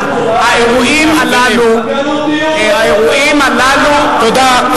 אנחנו הגפרור, האירועים הללו, חברים, תודה.